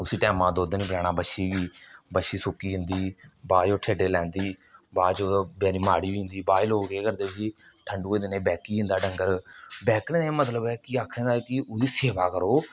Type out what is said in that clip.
उसी टैमे दा दुद्ध नेईं पलाना बच्छी गी बच्छी सुक्की जंदी बाद च ओह् ठेडे लैंदी बाद च ओह्दा बचारी माड़ी होई जंदी बाद च लोक केह् करदे उसी ठंडुएं दे दिने च बैह्की जंदा डंगर बैह्कने दा एह् मतलब ऐ कि आखने दा कि ओह्दी सेवा करो